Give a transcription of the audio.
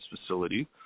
facility